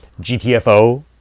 gtfo